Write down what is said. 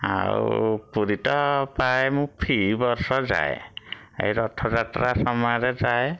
ଆଉ ପୁରୀ ତ ପ୍ରାୟ ମୁଁ ଫି ବର୍ଷ ଯାଏ ଏଇ ରଥଯାତ୍ରା ସମୟରେ ଯାଏ